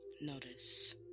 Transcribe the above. Notice